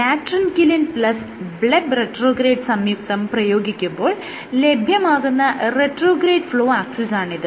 latrunculin plus bleb retrograde സംയുക്തം പ്രയോഗിക്കുമ്പോൾ ലഭ്യമാകുന്ന റിട്രോഗ്രേഡ് ഫ്ലോ ആക്സിസാണിത്